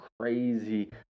crazy